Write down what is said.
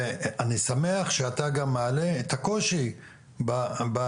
אני שמח שאתה גם מעלה את הקושי בתכנון,